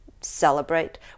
celebrate